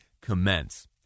commence